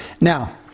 Now